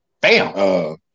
Bam